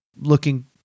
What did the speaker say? looking